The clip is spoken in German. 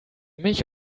mich